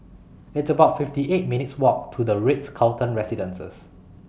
It's about fifty eight minutes' Walk to The Ritz Carlton Residences